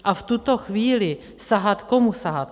A v tuto chvíli sahat komu sahat?